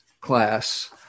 class